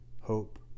hope